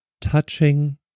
touching